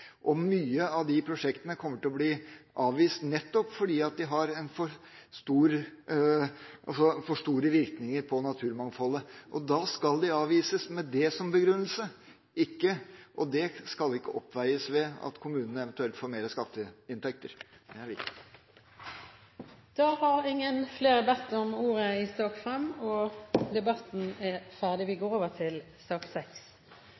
av disse prosjektene kommer til å bli avvist fordi de har for store virkninger på naturmangfoldet. Da skal de avvises med det som begrunnelse, og det skal ikke oppveies ved at kommunene eventuelt får mer skatteinntekter. Det er viktig. Flere har ikke bedt om ordet i sak nr. 5. Etter ønske fra energi- og